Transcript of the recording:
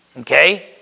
Okay